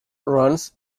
runs